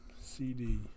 CD